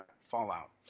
fallout